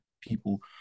people